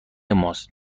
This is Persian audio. ماست